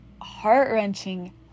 heart-wrenching